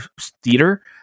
theater